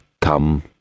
come